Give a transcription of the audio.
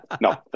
no